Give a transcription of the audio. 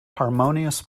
harmonious